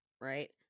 right